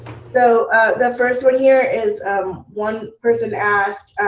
so the first one here is um one person asked,